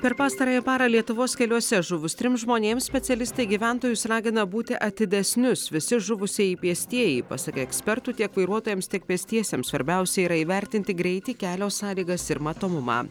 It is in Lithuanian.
per pastarąją parą lietuvos keliuose žuvus trims žmonėms specialistai gyventojus ragina būti atidesnius visi žuvusieji pėstieji pasak ekspertų tiek vairuotojams tiek pėstiesiems svarbiausia yra įvertinti greitį kelio sąlygas ir matomumą